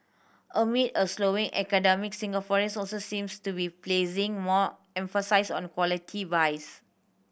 amid a slowing economy Singaporeans also seems to be placing more emphasis on quality buys